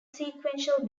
sequential